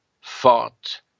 fought